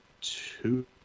two